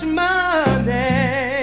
money